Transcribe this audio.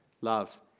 love